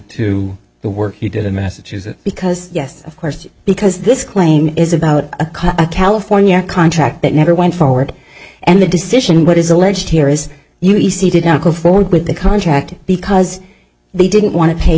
the work he did in massachusetts because yes of course because this claim is about a california contract that never went forward and the decision what is alleged here is you see did not go forward with the contract because they didn't want to pay